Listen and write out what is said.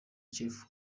jeff